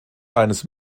eines